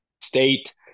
State